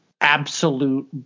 absolute